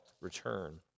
return